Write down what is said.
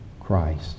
Christ